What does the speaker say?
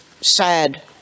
sad